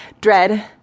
Dread